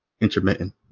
intermittent